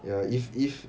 ya if if